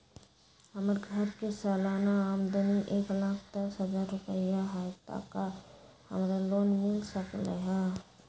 हमर घर के सालाना आमदनी एक लाख दस हजार रुपैया हाई त का हमरा लोन मिल सकलई ह?